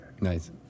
Nice